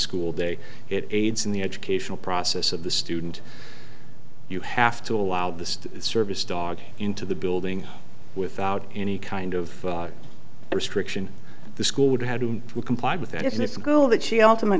school day it aids in the educational process of the student you have to allow the service dog into the building without any kind of restriction the school would have to comply with that if the girl that she al